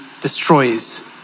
destroys